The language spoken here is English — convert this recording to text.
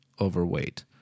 overweight